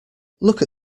look